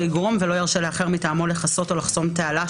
לא יגרום ולא ירשה לאחר מטעמו לכסות או לחסום תעלה,